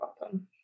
welcome